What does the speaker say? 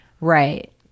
Right